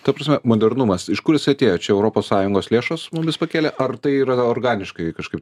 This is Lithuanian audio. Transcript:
ta prasme modernumas iš kur jis atėjo čia europos sąjungos lėšos mumis pakėlė ar tai yra organiškai kažkaip